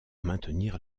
maintenir